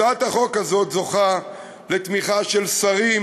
הצעת החוק הזאת זוכה לתמיכה של שרים,